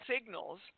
signals